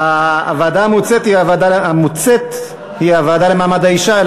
הוועדה המוצעת היא הוועדה למעמד האישה,